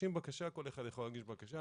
כל אחד יכול להגיש בקשה,